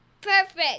perfect